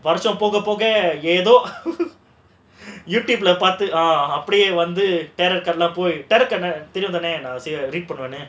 வருஷம் போக போக ஏதோ:varusham poga poga edho YouTube leh பார்த்து அப்டியே வந்து தெரியும் தானே நான்:paarthu apdiyae vandhu theriyumthanae naan read பண்ணுவேன்னு:pannuvaenu